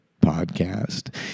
podcast